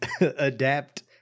adapt